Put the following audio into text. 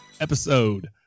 episode